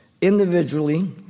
individually